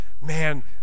man